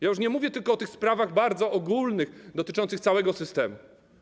Ja już nie mówię tylko o tych sprawach bardzo ogólnych, dotyczących całego systemu.